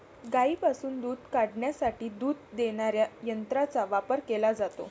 गायींपासून दूध काढण्यासाठी दूध देणाऱ्या यंत्रांचा वापर केला जातो